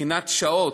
מבחינת שעות,